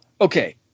okay